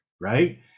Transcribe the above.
right